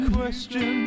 question